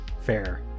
Fair